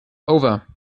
over